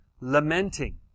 lamenting